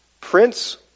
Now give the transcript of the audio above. prince